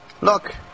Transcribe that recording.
Look